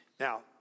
Now